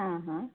ಹಾಂ ಹಾಂ